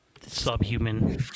subhuman